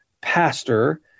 pastor